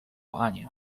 anię